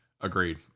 Agreed